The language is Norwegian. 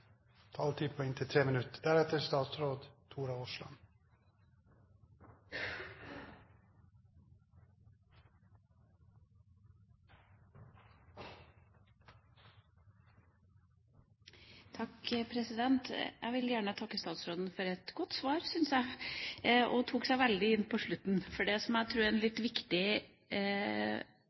Jeg vil gjerne takke statsråden for det jeg syns var et godt svar. Hun tok seg veldig inn på slutten. Det jeg tror er en viktig